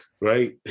right